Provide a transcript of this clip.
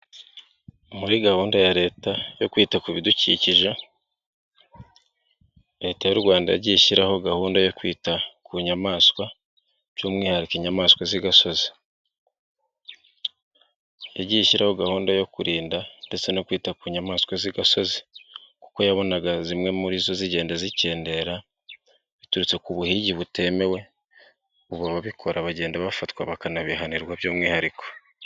Muri gahunda ya Leta yo kwita ku bidukikije Leta y'u Rwanda yagiye ishyiraho gahunda yo kwita ku nyamaswa by'umwihariko inyamaswa z'igasozi, yagiye ishyiraho gahunda yo kurinda no kwita ku nyamaswa z'igasozi kuko yabonaga zimwe muri zo zigenda zikendera biturutse ku buhigi butemewe, ababikora bagenda bafatwa bakanabihanirwa by'umwihariko.